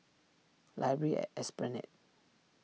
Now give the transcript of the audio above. Library at Esplanade